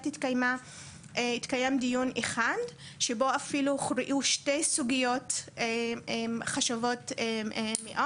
התקיים דיון אחד שבו אפילו חוקקו שתי סוגיות חשובות מאוד.